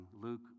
Luke